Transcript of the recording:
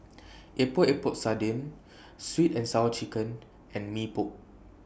Epok Epok Sardin Sweet and Sour Chicken and Mee Pok